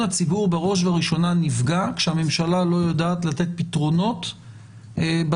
הציבור בראש ובראשונה נפגע כאשר הממשלה לא יודעת לתת פתרונות בזירה